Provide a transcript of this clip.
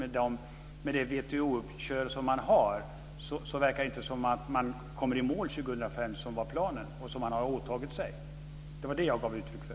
På grund av det här med WTO verkar det inte som om man kommer i mål 2005, som planen var och som man har åtagit sig. Det var det jag gav uttryck för.